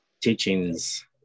teachings